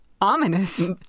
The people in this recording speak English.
Ominous